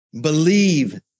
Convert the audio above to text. Believe